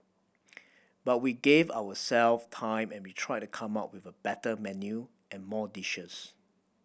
but we gave our self time and we tried to come up with a better menu and more dishes